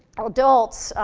um adults,